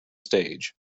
stage